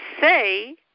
say